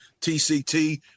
TCT